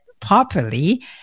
Properly